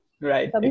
right